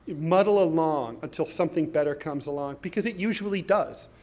muddle along until something better comes along, because it usually does.